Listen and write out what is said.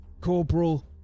Corporal